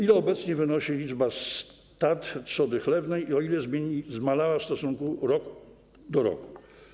Ile obecnie wynosi liczba stad trzody chlewnej i o ile zmalała w stosunku rok do roku?